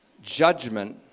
Judgment